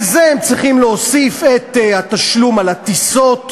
על זה הם צריכים להוסיף את התשלום על הטיסות,